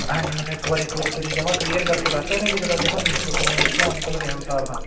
ਹਾਂਜੀ ਮੈਨੂੰ ਇੱਕ ਵਾਰ ਇੱਕ ਵਾਰ ਤੁਸੀਂ ਜਮਾਂ ਕਲੀਅਰ ਕਰਕੇ ਦੱਸ ਸਕਦੇ ਵੀ ਤੁਹਾਡਾ ਜਮਾਂ ਮੀਟਰ ਕੋਲੋ ਹੀ ਧੂੰਆਂ ਨਿਕਲ ਰਿਹਾ ਉਹ ਤਾਰ ਦਾ